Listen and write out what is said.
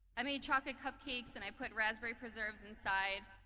i mean chocolate cupcakes and i put raspberry preserves inside.